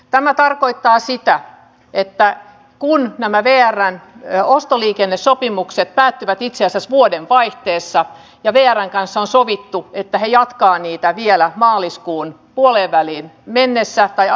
tämä tarkoittaa sitä että kun nämä veeärrän ja ostoliikennesopimukset päättyvät itsensä vuoden vaihteessa ja dianan kanssa sovittu että he jatkaa niitä vielä maaliskuun puoleenväliin mennessä ajaa